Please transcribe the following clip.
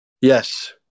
Yes